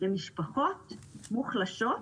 למשפחות מוחלשות,